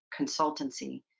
consultancy